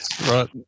Right